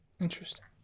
Interesting